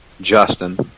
Justin